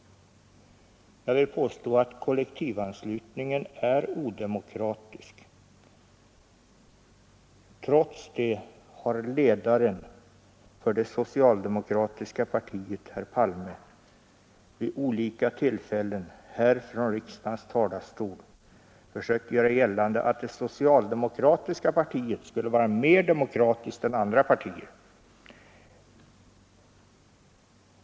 Jag vill påstå att kollektivanslutningen är odemokratisk. Trots det har ledaren för socialdemokratiska partiet herr Palme vid olika tillfällen här från riksdagens talarstol försökt göra gällande att det socialdemokratiska partiet skulle vara mer demokratiskt än andra partier.